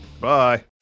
Bye